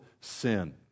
sin